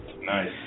Nice